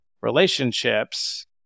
relationships